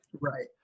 Right